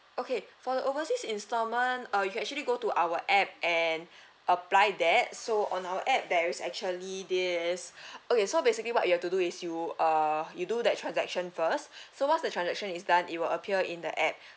okay for the overseas instalment uh you can actually go to our app and apply that so on our app there is actually this okay so basically what you have to do is you uh you do that transaction first so once the transaction is done it will appear in the app